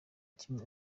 kimwe